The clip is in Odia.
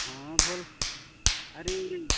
ହଁ ଭଲ୍ ଆରେ